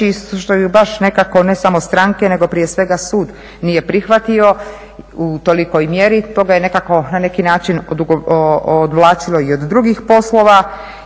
nekako ne samo stranke nego prije svega sud nije prihvatio u tolikoj mjeri. To ga je nekako na neki način odvlačilo i od drugih poslova.